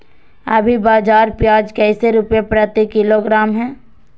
अभी बाजार प्याज कैसे रुपए प्रति किलोग्राम है?